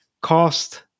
cost